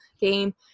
game